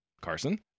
Carson